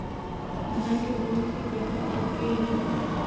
धान के बोनस के पइसा आप गे हे का?